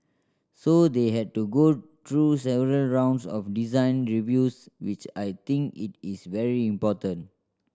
so they had to go through several rounds of design reviews which I think it is very important